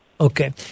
Okay